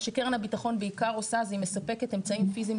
מה שקרן הביטחון בעיקר עושה זה היא מספקת אמצעים פיזיים